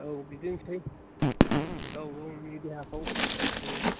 औ बिदिनोसै गाव गावनि देहाखौ